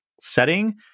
setting